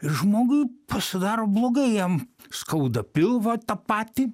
žmogui pasidaro blogai jam skauda pilvą tą patį